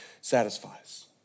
satisfies